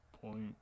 point